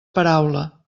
paraula